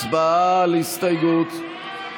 הצבעה על הסתייגות.